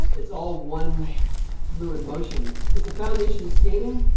it's all one fluid motion. it's a foundation of skating,